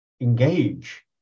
engage